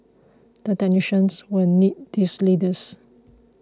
the technicians will need these leaders